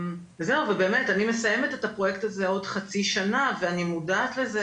ובאמת אני מסיימת את הפרויקט עוד חצי שנה ואני מודעת לזה